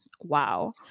wow